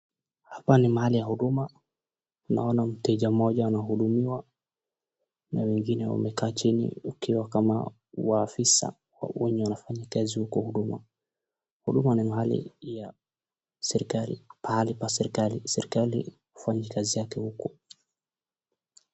Hapa ni mahali ya Huduma, naona mteja mmoja anahudumiwa na wengine wamekaa chini wakiwa kama waafisa wanaofanya kazi huko Huduma. Huduma ni mahali ya serikali pahali pa serikali, serikali hufanya kazi yake huko.